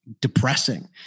depressing